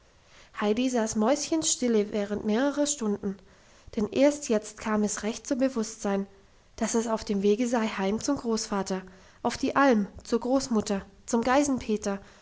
heidi saß mäuschenstille während mehrerer stunden denn erst jetzt kam es recht zum bewusstsein dass es auf dem wege sei heim zum großvater auf die alm zur großmutter zum